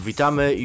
Witamy